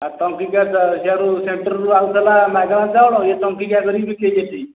ଆ ଟଙ୍କିକିଆ ଚା ସିଆଡ଼ୁ ସେଣ୍ଟର୍ରୁ ଆସୁଥିଲା ମାଗଣା ଚାଉଳ ଇଏ ଟଙ୍କିକିଆ କରି ବିକିଛନ୍ତି